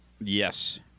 yes